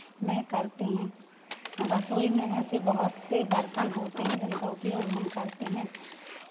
में करते हैं रसोई में ऐसे बहुत से बर्तन होते हैं जिनका उपयोग हम करते हैं